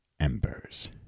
embers